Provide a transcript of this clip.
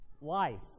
Life